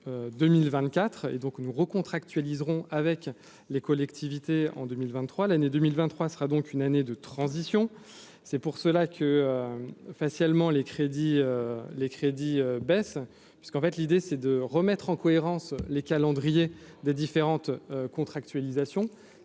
2024 et donc nous recontre actuel Liseron avec les collectivités en 2023 l'année 2023 sera donc une année de transition, c'est pour cela que facialement les crédits, les crédits baissent parce qu'en fait l'idée c'est de remettre en cohérence les calendriers des différentes contractualisation